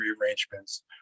rearrangements